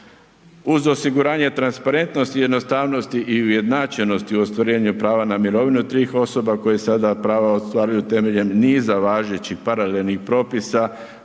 Uz osiguranje transparentnosti, jednostavnosti i ujednačenosti u ostvarivanju prava na mirovinu tih osoba koje sada prava ostvaruju temeljem niza važećih paralelnih propisa